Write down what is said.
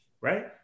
right